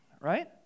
Right